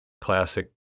classic